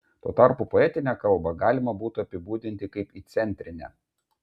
tuo tarpu poetinę kalbą galima būtų apibūdinti kaip įcentrinę